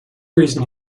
reason